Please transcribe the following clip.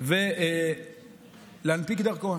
ולהנפיק דרכון.